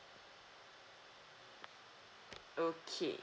okay